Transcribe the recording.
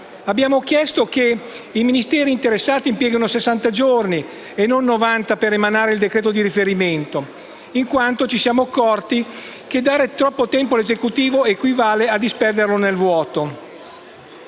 abbiamo chiesto che i Ministeri interessati impieghino sessanta giorni e non novanta per emanare il decreto di riferimento. Al riguardo, ci siamo accorti, infatti, che dare troppo tempo all'Esecutivo equivale a disperderlo nel vuoto.